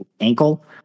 ankle